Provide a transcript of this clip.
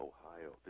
Ohio